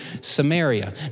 Samaria